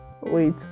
wait